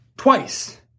Twice